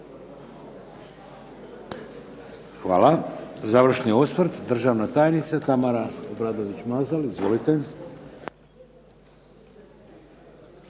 Hvala. Završni osvrt državna tajnica Tamara Obradović-Mazal.